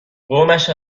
قومش